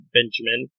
Benjamin